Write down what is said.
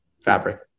fabric